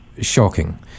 shocking